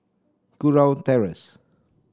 Kurau Terrace